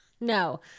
No